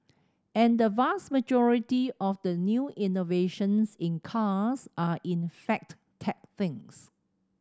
and the vast majority of the new innovations in cars are in fact tech things